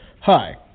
Hi